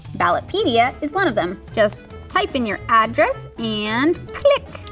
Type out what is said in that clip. ballotpedia is one of them just type in your address and click!